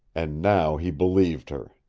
and now he believed her.